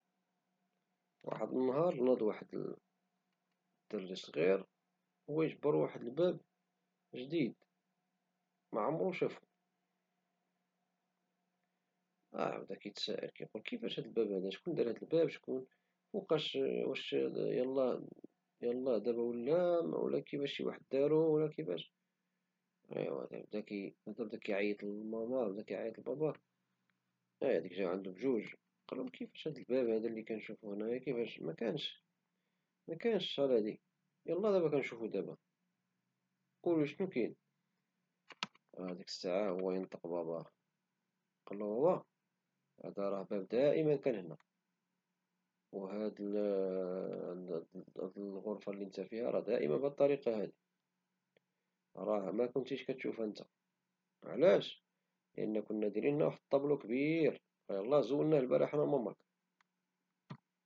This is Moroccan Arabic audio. واحد المرة ناض واحد الدري صغير وهو يكتشف واحد الباب جديد في البيت ديالو معمرو شافو، وبقى كيتساءل فقاش جا هد الباب؟ وشكون لي عملو؟ واش يلاه دابا ولا؟ بدا كيعيط لماماه ولباباه وجاو بجوج قالوم كيفاش هد الباب لي كنشوف مكنش شحال هدي يلاه دابا كنشوفو ، ديك الساعة هو ينطق باباه: قالو بابا هد الباب راه كان دايما هنا وهد الغرفة لي انت فيها راه دايما بهد الطريقة، وانت مكنتيش كتشوفها، علاش؟ لأن راه كنا ديرنا واحد الطابلو كبير وراه يلاه زولناه البارح أنا وماماك.